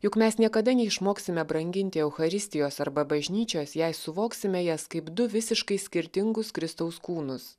juk mes niekada neišmoksime branginti eucharistijos arba bažnyčios jei suvoksime jas kaip du visiškai skirtingus kristaus kūnus